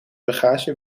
bagage